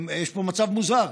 יש פה מצב מוזר: